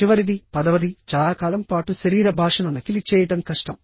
చివరిది పదవది చాలా కాలం పాటు శరీర భాషను నకిలీ చేయడం కష్టం